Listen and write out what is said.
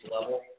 level